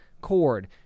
cord